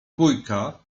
bójka